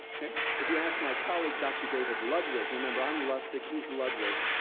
if you ask my colleague, doctor david ludwig, remember, i'm lustig he's ludwig,